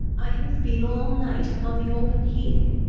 i have been all night upon the open heath.